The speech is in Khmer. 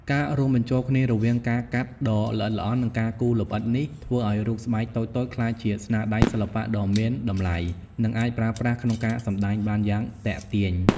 ការរួមបញ្ចូលគ្នារវាងការកាត់ដ៏ល្អិតល្អន់ និងការគូរលម្អិតនេះ ធ្វើឱ្យរូបស្បែកតូចៗក្លាយជាស្នាដៃសិល្បៈដ៏មានតម្លៃ និងអាចប្រើប្រាស់ក្នុងការសម្ដែងបានយ៉ាងទាក់ទាញ។